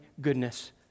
goodness